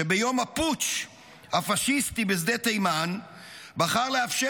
שביום הפוטש הפשיסטי בשדה תימן בחר לאפשר